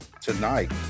tonight